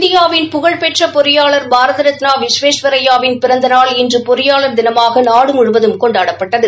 இந்தியாவின் புகழ்பெற்ற பொறியாளர் பாரத ரத்னா விஸ்வேஸ்வரய்யாவின் பிறந்த நாள் இன்று பொறியாளர் தினமாக நாடு முழுவதும் கொண்டாடப்பட்டது